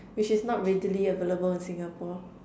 which is not readily available in Singapore